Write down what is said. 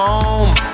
home